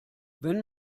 wenn